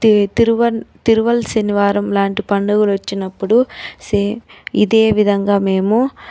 తి తిరు తిరువల్ శనివారం లాంటి పండుగ వచ్చినప్పుడు ఇదే విధంగా మేము